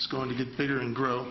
it's going to get better and grow